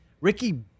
Ricky